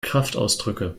kraftausdrücke